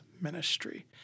ministry